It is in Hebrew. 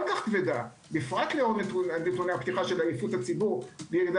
כבדה בפרט לאור נתוני הפתיחה של עייפות הפתיחה וירידה